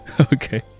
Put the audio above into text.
Okay